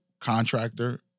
contractor